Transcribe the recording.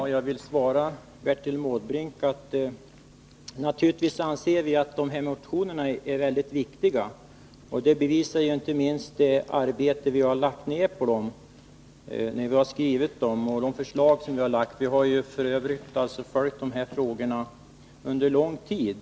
Herr talman! Naturligtvis anser vi, Bertil Måbrink, att dessa motioner är mycket viktiga. Det visar inte minst det arbete vi har lagt ned på dem och de förslag vi har ställt. Vi har f. ö. följt dessa frågor under lång tid.